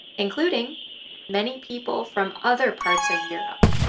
including many people from other parts of europe.